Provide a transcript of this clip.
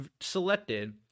selected